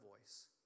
voice